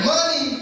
Money